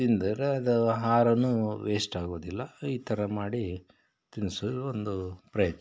ತಿಂದರೆ ಅದು ಆಹಾರನೂ ವೇಸ್ಟ್ ಆಗೋದಿಲ್ಲ ಈ ಥರ ಮಾಡಿ ತಿನ್ನಿಸೋದು ಒಂದು ಪ್ರಯತ್ನ